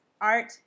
art